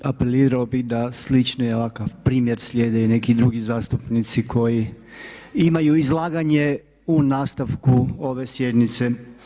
Apelirao bih da slične ovakav primjer slijede i neki drugi zastupnici koji imaju izlaganje u nastavku ove sjednice.